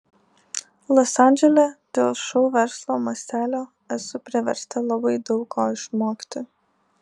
los andžele dėl šou verslo mastelio esu priversta labai daug ko išmokti